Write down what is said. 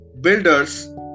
builders